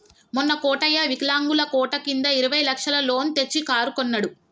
మొన్న కోటయ్య వికలాంగుల కోట కింద ఇరవై లక్షల లోన్ తెచ్చి కారు కొన్నడు